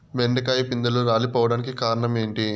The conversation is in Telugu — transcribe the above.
బెండకాయ పిందెలు రాలిపోవడానికి కారణం ఏంటి?